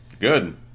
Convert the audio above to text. Good